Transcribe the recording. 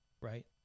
right